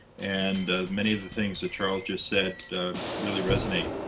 and many of the things that charles just said really resonate.